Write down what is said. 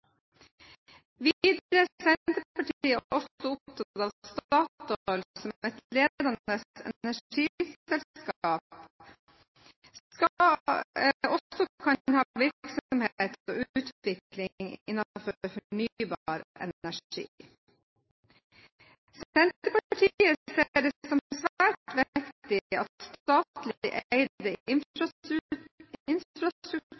er Senterpartiet opptatt av at Statoil som et ledende energiselskap også kan ha virksomhet og utvikling innenfor fornybar energi. Senterpartiet ser det som svært viktig at statlig eide